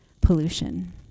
pollution